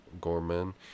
Gorman